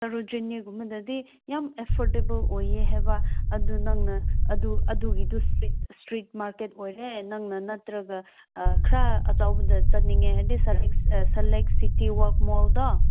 ꯁꯔꯣꯖꯤꯅꯤꯒꯨꯝꯕꯗꯗꯤ ꯌꯥꯝ ꯑꯐꯣꯔꯗꯦꯕꯜ ꯑꯣꯏꯌꯦ ꯍꯥꯏꯕ ꯑꯗꯨ ꯅꯪꯅ ꯑꯗꯨ ꯑꯗꯨꯒꯤꯗꯨ ꯏꯁꯇ꯭ꯔꯤꯠ ꯃꯥꯔꯀꯦꯠ ꯑꯣꯏꯔꯦ ꯅꯪꯟ ꯅꯠꯇ꯭ꯔꯒ ꯈꯔ ꯑꯆꯧꯕꯗ ꯆꯠꯅꯤꯡꯉꯦ ꯍꯥꯏꯗꯤ ꯁꯦꯂꯦꯛ ꯁꯦꯂꯦꯛ ꯁꯤꯇꯤ ꯋꯥꯛ ꯃꯣꯜꯗꯣ